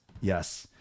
yes